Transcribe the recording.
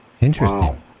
Interesting